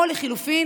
או לחלופין,